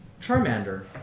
Charmander